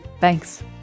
Thanks